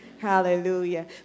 Hallelujah